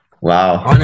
Wow